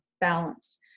balance